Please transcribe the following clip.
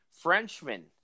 Frenchman